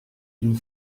une